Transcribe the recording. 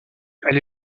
elle